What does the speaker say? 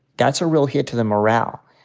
that's a real hit to the morale.